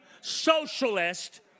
socialist